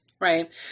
Right